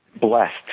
blessed